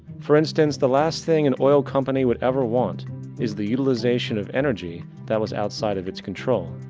for instance, the last thing an oil company would ever want is the utilization of energy that was outside of it's control.